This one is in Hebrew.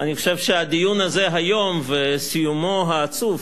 אני חושב שהדיון הזה היום וסיומו העצוב,